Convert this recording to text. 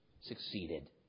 succeeded